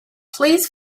please